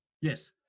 yes